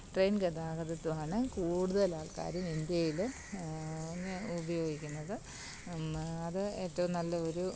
train ഗതാഗതത്തമാണ് കൂടുതലാൾക്കാരും ഇന്ത്യയിൽ ഉപയോഗിക്കുന്നത് അത് ഏറ്റോം നല്ല ഒരു